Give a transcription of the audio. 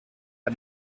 per